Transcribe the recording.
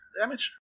damage